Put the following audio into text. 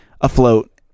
afloat